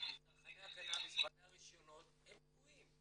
בעלי הרישיונות הם קבועים.